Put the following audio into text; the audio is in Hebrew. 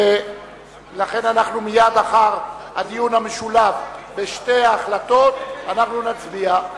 ולכן מייד לאחר הדיון המשולב בשתי ההחלטות אנחנו נצביע.